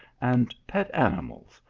and pet ani mals,